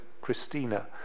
Christina